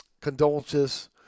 condolences